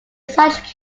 such